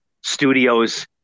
studios